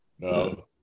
No